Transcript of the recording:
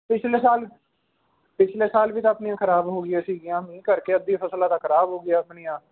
ਪਿਛਲੇ ਸਾਲ ਪਿਛਲੇ ਸਾਲ ਵੀ ਤਾਂ ਆਪਣੀਆਂ ਖ਼ਰਾਬ ਹੋ ਗਈਆਂ ਸਿਗੀਆਂ ਮੀਂਹ ਕਰਕੇ ਅੱਧੀ ਫ਼ਸਲਾਂ ਤਾਂ ਖ਼ਰਾਬ ਹੋ ਗਈਆਂ ਆਪਣੀਆਂ